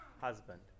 husband